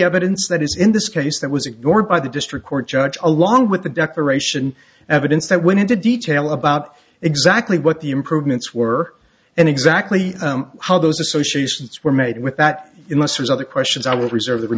evidence that is in this case that was ignored by the district court judge along with the decoration evidence that went into detail about exactly what the improvements were and exactly how those associations were made with that in lester's other questions i will reserve